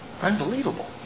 Unbelievable